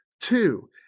Two